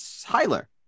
Tyler